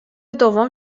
دوم